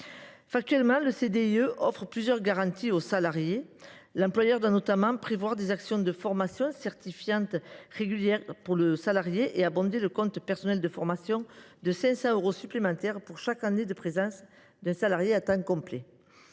Factuellement, le CDIE offre plusieurs garanties aux salariés : l’employeur doit notamment prévoir des actions de formation certifiante régulières pour le salarié et abonder son CPF de 500 euros supplémentaires pour chaque année de présence d’un salarié à temps complet.